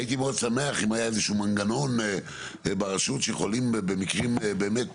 הייתי מאוד שמח אם היה איזשהו מנגנון ברשות שיכולים במקרים באמת